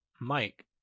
Mike